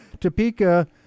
Topeka